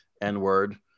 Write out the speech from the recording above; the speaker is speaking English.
N-word